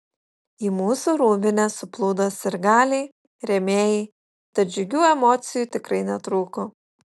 į mūsų rūbinę suplūdo sirgaliai rėmėjai tad džiugių emocijų tikrai netrūko